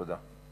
תודה.